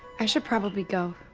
i should probably go.